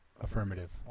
affirmative